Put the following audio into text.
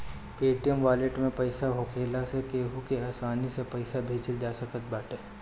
Paytm wallet में पईसा होखला से केहू के आसानी से पईसा भेजल जा सकत बाटे